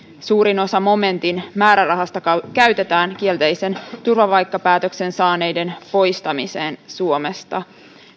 suurin osa momentin määrärahasta käytetään kielteisen turvapaikkapäätöksen saaneiden poistamiseen suomesta